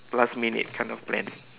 last minute kind of plan